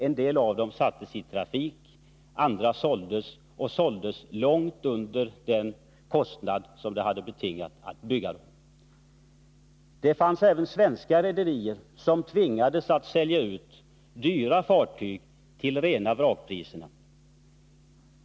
En del av dem sattes i trafik, andra såldes till priser som låg långt under den kostnad som det hade betingat att bygga dem. Det fanns även svenska rederier som tvingades att sälja ut dyra fartyg till rena vrakpriser.